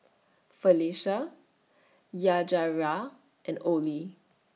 Felicia Yajaira and Oley